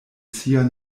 sia